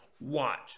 Watch